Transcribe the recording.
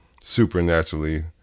supernaturally